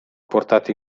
portati